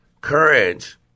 Courage